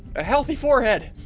a healthy forehead